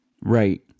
Right